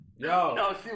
Yo